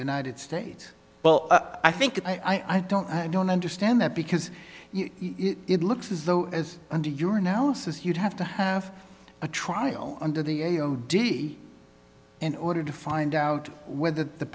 united states well i think i don't i don't understand that because it looks as though as under your analysis you'd have to have a trial under the a o d in order to find out whether the